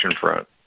Front